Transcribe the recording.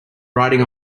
riding